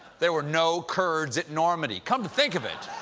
there were no kurds at normandy. come to think of it,